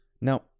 Now